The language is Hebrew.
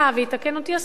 ויתקן אותי השר,